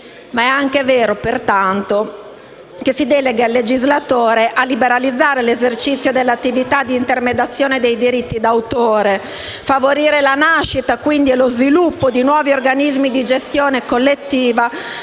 è anche vero che si delega il legislatore a liberalizzare l'esercizio dell'attività di intermediazione dei diritti d'autore, a favorire quindi la nascita e lo sviluppo di nuovi organismi di gestione collettiva,